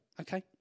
okay